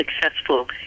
successful